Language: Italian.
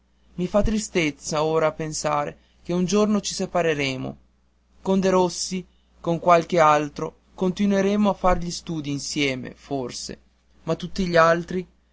i fa tristezza ora a pensare che un giorno ci separeremo con derossi con qualche altro continueremo a far gli studi insieme forse ma tutti gli altri